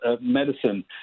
medicine